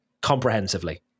comprehensively